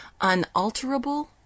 unalterable